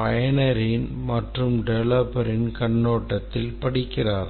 பயனரின் மற்றும் டெவலப்பரின் கண்ணோட்டத்தில் படிக்கிறார்கள்